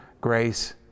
grace